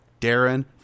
Darren